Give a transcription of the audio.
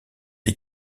les